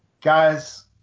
guys